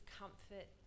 comfort